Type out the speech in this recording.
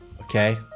Okay